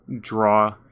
draw